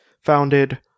founded